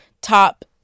top